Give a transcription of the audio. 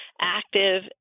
active